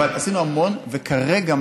עשינו המון וכרגע,